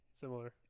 similar